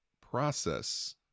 process